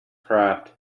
craft